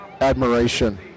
admiration